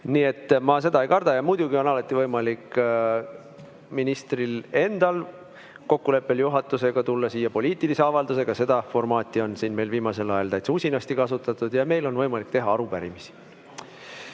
Nii et ma seda ei karda. Ja muidugi on alati võimalik ministril endal kokkuleppel juhatusega tulla siia poliitilise avaldusega. Seda formaati on meil siin viimasel ajal täitsa usinasti kasutatud. Ja meil on võimalik teha arupärimisi.